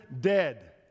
dead